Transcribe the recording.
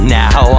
now